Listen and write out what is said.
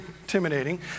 intimidating